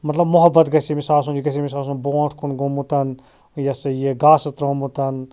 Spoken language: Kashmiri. مَطلَب محبت گَژھِ أمِس آسُن یہِ گَژھِ أمِس آسُن برٛونٛٹھ کُن گوٚمُت یہِ ہَسا یہِ گاسہٕ ترٛوومُت